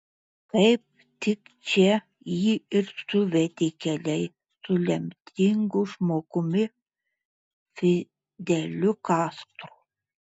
kaip tik čia jį ir suvedė keliai su lemtingu žmogumi fideliu kastro